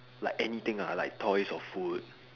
like anything ah like toys or food